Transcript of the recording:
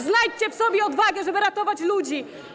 Znajdźcie w sobie odwagę, żeby ratować ludzi.